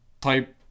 type